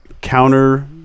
counter